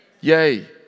Yay